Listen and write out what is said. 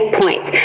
points